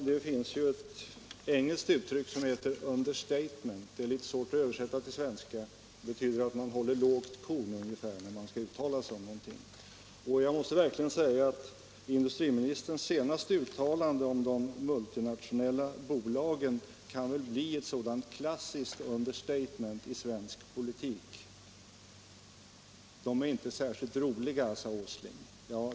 Herr talman! Det finns ett engelskt uttryck som heter understatement. Det är svårt att översätta till svenska, men det betyder ungefär att man håller ”lågt korn” när man uttalar sig om någonting. Jag måste verkligen säga att industriministerns senaste uttalande om de multinationella bolagen kan bli ett klassiskt understatement i svensk politik. ”De är inte särskilt roliga”, sade herr Åsling.